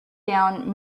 down